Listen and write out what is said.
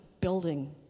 building